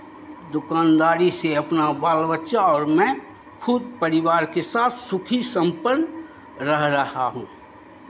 दुकानदारी से अपना बाल बच्चा और मैं खूब परिवार के साथ सुखी सम्पन्न रह रहा हूँ